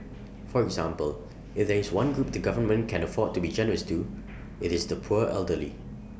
for example if there is one group the government can afford to be generous to IT is the poor elderly